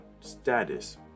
status